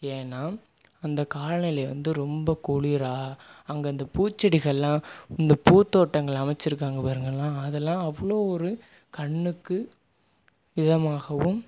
ஏன்னா அந்த காலநிலை வந்து ரொம்ப குளிராக அங்கே அந்த பூச்செடிகள்லாம் அந்த பூத்தோட்டங்கள் அமைத்திருக்காங்க பாருங்களேன் அதெல்லாம் அவ்வளோ ஒரு கண்ணுக்கு இதமாகவும்